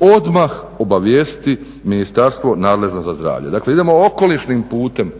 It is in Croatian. odmah obavijestiti Ministarstvo nadležno za zdravlje. Dakle, idemo okolišnim putem